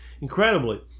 Incredibly